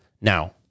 Now